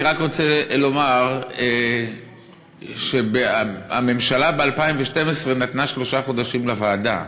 אני רק רוצה לומר שב-2012 הממשלה נתנה שלושה חודשים לוועדה,